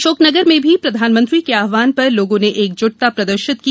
अशोकनगर में भी प्रधानमंत्री के आव्हान पर लोगों ने एकजुटता प्रदर्शित की